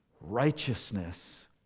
righteousness